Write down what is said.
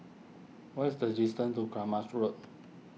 what is the distance to Kramat Road